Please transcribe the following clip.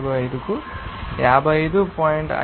00145 కు 55